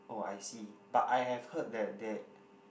oh I see but I have heard that that